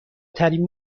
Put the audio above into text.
ترین